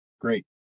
Great